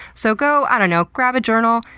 so go, i don't know, grab a journal,